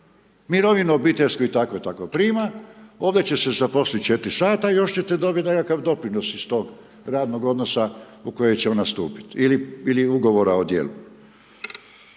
Mirovinu obiteljsku i tako i tako prima, ovdje će se zaposliti 4 sata i još ćete dobiti nekakav doprinos iz tog radnog odnosa u koji će ona stupiti. Ili ugovora o djelu.